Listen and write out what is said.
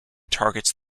targets